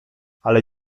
ale